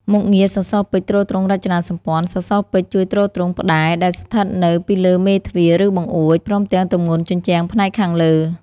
មុខងារសរសពេជ្រទ្រទ្រង់រចនាសម្ព័ន្ធ សសរពេជ្រជួយទ្រទ្រង់ ផ្តែរដែលស្ថិតនៅពីលើមេទ្វារ ឬបង្អួច ព្រមទាំងទម្ងន់ជញ្ជាំងផ្នែកខាងលើ។